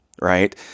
right